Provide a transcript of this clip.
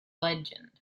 legend